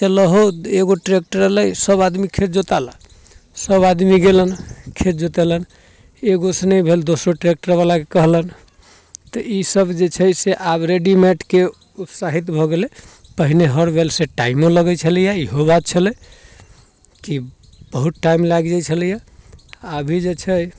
चलऽ हौ एगो ट्रैक्टर अएलै सब आदमी खेत जोतालए सब आदमी गेलनि खेत जोतेलनि एगोसँ नहि भेल दोसर ट्रैक्टरवलाके कहलनि तऽ ईसब जे छै से आब रेडीमेडके उत्साहित भऽ गेलै पहिले हऽर बैलसँ टाइमो लगै छलैए इहो बात छलै कि बहुत टाइम लागि जाइ छलैए अभी जे छै